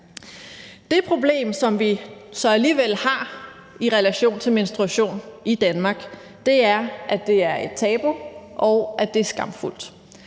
Det problem, som vi så alligevel har i relation til menstruation i Danmark, er, at det er et tabu, og at det er skamfuldt.